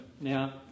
Now